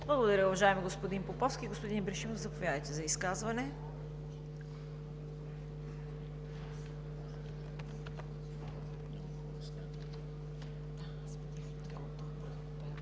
Благодаря, уважаеми господин Поповски. Господин Ибришимов, заповядайте за изказване.